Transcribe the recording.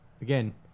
Again